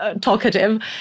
talkative